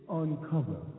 uncover